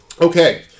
Okay